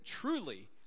Truly